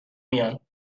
میان